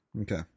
Okay